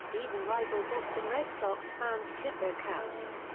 even rival boston red sox fans tip their caps.